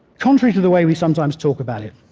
contrary to the way we sometimes talk about it,